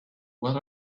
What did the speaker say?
what